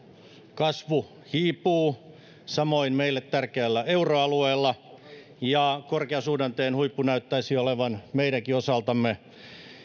kasvu hiipuu samoin meille tärkeällä euroalueella ja korkeasuhdanteen huippu näyttäisi olevan meidänkin osaltamme